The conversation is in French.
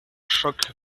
choc